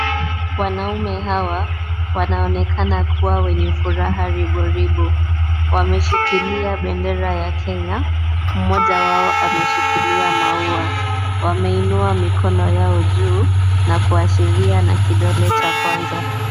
Wanaume hawa wanaonekana kuwa wenye furaha riboribo. Wameshikilia bendera ya Kenya, mmoja wao ameshikili maua. Wameinua mikono yao juu na kuashiria na kidole cha kwanza.